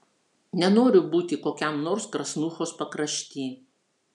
nenoriu būti kokiam nors krasnuchos pakrašty